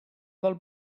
del